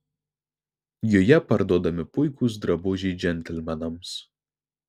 joje parduodami puikūs drabužiai džentelmenams